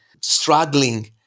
struggling